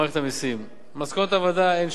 מסקנות הוועדה הן שאין מקום לשנות